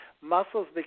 Muscles